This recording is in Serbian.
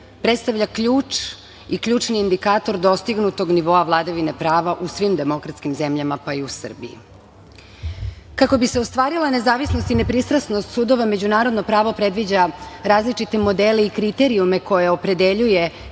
predstavlja ključ i ključni indikator dostignutog nivoa vladavine prava u svim demokratskim zemljama, pa i u Srbiji. Kako bi se ostvarila nezavisnost i nepristrasnost sudova, međunarodno pravo predviđa različite modele i kriterijume koje opredeljuje